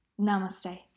Namaste